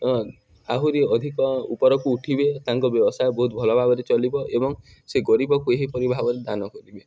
ଆହୁରି ଅଧିକ ଉପରକୁ ଉଠିବେ ତାଙ୍କ ବ୍ୟବସାୟ ବହୁତ ଭଲ ଭାବରେ ଚଲିବ ଏବଂ ସେ ଗରିବକୁ ଏହିପରି ଭାବରେ ଦାନ କରିବେ